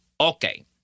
Okay